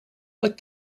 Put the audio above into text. like